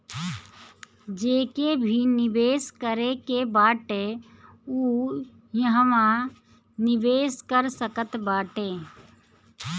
जेके भी निवेश करे के बाटे उ इहवा निवेश कर सकत बाटे